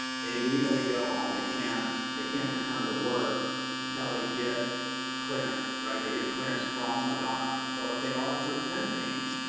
they immediately go home. they can't they can't return to work until they get a clearance, right. they get a clearance from a doctor. so if they are presenting,